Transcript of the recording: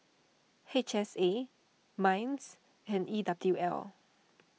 H S A Minds and E W L